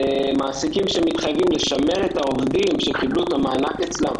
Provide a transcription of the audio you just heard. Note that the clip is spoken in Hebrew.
מעסיקים שמתחייבים לשמר את העובדים שקיבלו את המענק אצלם